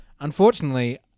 unfortunately